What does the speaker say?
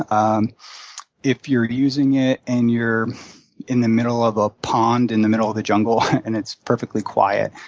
um if you're using it and you're in the middle of a pond in the middle of the jungle and it's perfectly quiet,